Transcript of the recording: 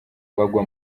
bagwa